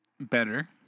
Better